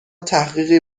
تحقیقی